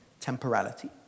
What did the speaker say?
temporality